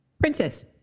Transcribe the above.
Princess